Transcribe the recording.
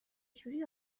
جوری